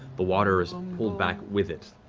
the water is pulled back with it,